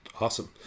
Awesome